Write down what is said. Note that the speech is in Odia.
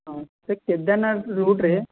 ହଁ ସେ କେଦାରନାଥ ରୁଟ୍ରେ